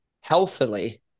healthily